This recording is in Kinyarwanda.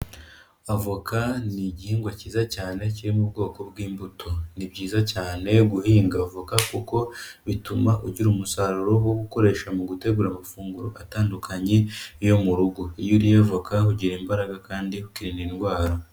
Avoka ni igihingwa cyiza cyane kiri mu ubwoko bw'imbuto, ni byiza cyane guhinga voka kuko bituma ugira umusaruro wo gukoresha mu gutegura amafunguro atandukanye yo mu rugo, iyo uriye voka ugira imbaraga, kandi ukirinda indwara.